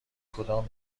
کدام